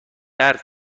حرف